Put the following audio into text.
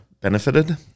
Benefited